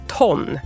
ton